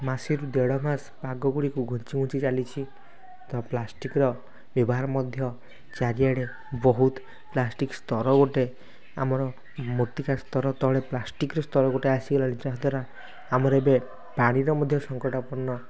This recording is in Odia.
ମାସେରୁ ଦେଢ଼ ମାସ ପାଗଗୁଡ଼ିକୁ ଘୁଞ୍ଚି ଘୁଞ୍ଚି ଚାଲିଚି ତ ପ୍ଲାଷ୍ଟିକ୍ର ବ୍ୟବହାର ମଧ୍ୟ ଚାରିଆଡ଼େ ବହୁତ ପ୍ଲାଷ୍ଟିକ୍ ସ୍ତର ଗୋଟେ ଆମର ମୃତିକା ସ୍ତର ତଳେ ପ୍ଲାଷ୍ଟିକ୍ର ସ୍ତର ଗୋଟେ ଆସିଗଲାଣି ଯାହା ଦ୍ଵାରା ଆମର ଏବେ ପାଣିର ମଧ୍ୟ ସଙ୍କଟ ପୂର୍ଣ୍ଣ